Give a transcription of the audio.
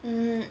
mm